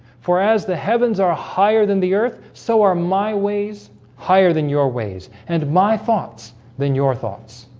for as the heavens are higher than the earth. so are my ways higher than your ways and my thoughts than your thoughts